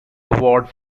award